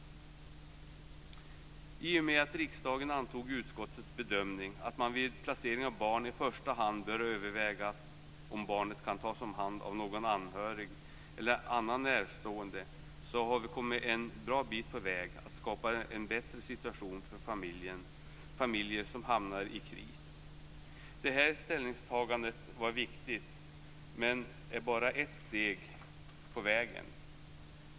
I och med att riksdagen antog utskottets bedömning att man vid placering av barn i första hand bör överväga om barnet kan tas om hand av någon anhörig eller annan närstående, har vi kommit en bra bit på väg för att skapa en bättre situation för familjer som hamnar i kris. Det här ställningstagandet var viktigt. Men det är bara ett steg på vägen.